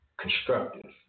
constructive